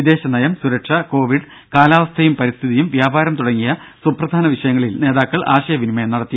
വിദേശ നയം സുരക്ഷ കോവിഡ് കാലാവസ്ഥയും പരിസ്ഥിതിയും വ്യാപാരം തുടങ്ങിയ സുപ്രധാന വിഷയങ്ങളിൽ നേതാക്കൾ ആശയവിനിമയം നടത്തി